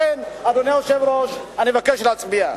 לכן, אדוני היושב-ראש, אני מבקש להצביע.